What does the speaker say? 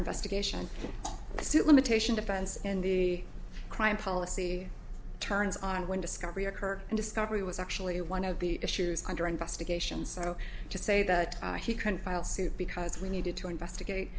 investigation the suit limitation defense and the crime policy turns on when discovery occurred and discovery was actually one of the issues under investigation so to say that he can file suit because we needed to investigate